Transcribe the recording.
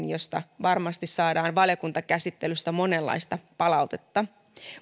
josta varmasti saadaan valiokuntakäsittelyssä monenlaista palautetta